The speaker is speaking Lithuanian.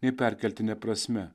nei perkeltine prasme